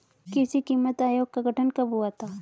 कृषि कीमत आयोग का गठन कब हुआ था?